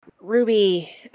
Ruby